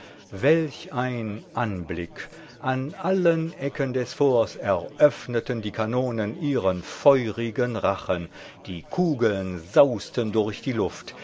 welch ein anblick an allen ecken des forts eröffneten die kanonen ihren feurigen rachen die kugeln sausten durch die luft